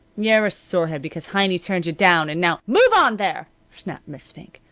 you're a sorehead because heiny turned you down and now move on there! snapped miss fink,